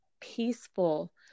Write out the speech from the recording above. peaceful